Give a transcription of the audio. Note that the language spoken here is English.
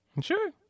Sure